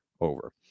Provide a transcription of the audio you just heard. over